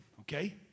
okay